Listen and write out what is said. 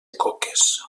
coques